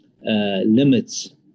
limits